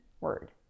word